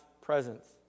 presence